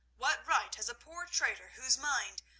what right has a poor trader whose mind,